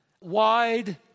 wide